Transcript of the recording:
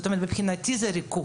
זאת אומרת, מבחינתי זה ריכוך.